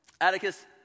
Atticus